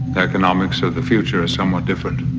economics of the future are somewhat different.